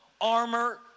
armor